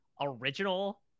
original